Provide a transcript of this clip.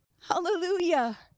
hallelujah